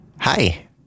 hi